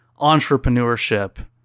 entrepreneurship